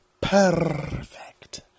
perfect